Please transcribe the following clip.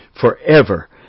forever